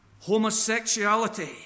homosexuality